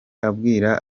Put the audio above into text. ababwira